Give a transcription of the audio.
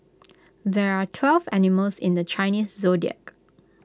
there are twelve animals in the Chinese Zodiac